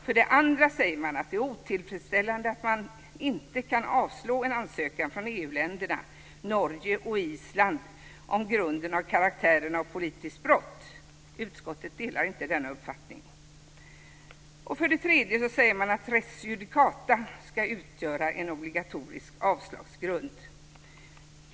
För det andra säger man att det är otillfredsställande att man inte kan avslå en ansökan från EU länderna, Norge och Island på grunden att det har karaktären av politiskt brott. Utskottet delar inte denna uppfattning. För det tredje säger man att res judicata ska utgöra en obligatorisk avslagsgrund.